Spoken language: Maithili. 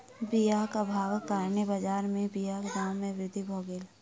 बीयाक अभावक कारणेँ बजार में बीयाक दाम में वृद्धि भअ गेल